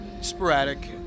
sporadic